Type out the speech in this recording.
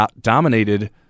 dominated